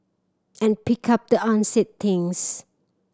and pick up the unsaid things